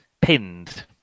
pinned